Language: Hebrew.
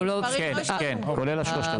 כן, כולל ה-3,000.